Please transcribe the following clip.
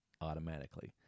automatically